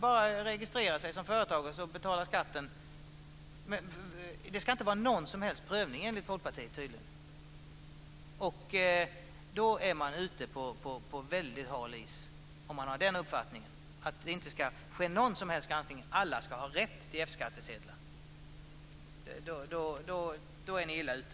Man registrerar sig bara som företagare och betalar skatten. Det ska tydligen enligt Folkpartiet inte vara någon som helst prövning. Om man har den uppfattningen är man ute på väldigt hal is. Det ska alltså inte ske någon som helst granskning, utan alla ska ha rätt till F-skattsedlar. Då är ni illa ute!